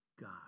God